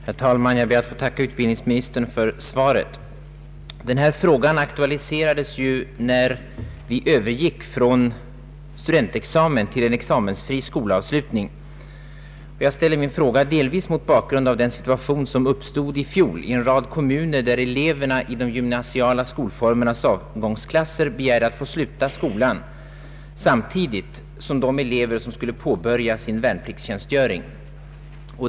Herr talman! Jag ber att få tacka utbildningsministern för svaret. Denna fråga aktualiserades ju när vi övergick från studentexamen till en examensfri skolavslutning. Jag ställde min fråga delvis mot bakgrunden av den situation som i fjol uppstod i en rad kommuner, där eleverna i de gymnasiala skolformernas avgångsklasser begärde att få sluta skolan samtidigt som de elever vilka skulle påbörja sin värnpliktstjänstgöring.